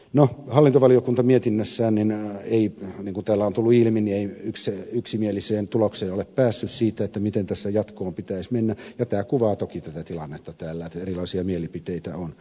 no hallintovaliokunta mietinnössään niin kuin täällä on tullut ilmi ei ole päässyt yksimieliseen tulokseen siitä miten tässä jatkuman pitäisi mennä ja tämä kuvaa toki tätä tilannetta täällä että erilaisia mielipiteitä on